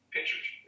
Pictures